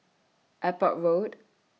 Airport Road